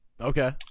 Okay